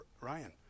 Ryan